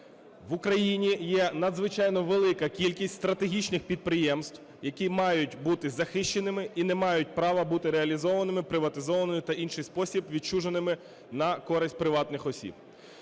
В Україні є надзвичайно велика кількість стратегічних підприємств, які мають бути захищеними і не мають права бути реалізованими, приватизованими та в інший спосіб відчуженими на користь приватних осіб.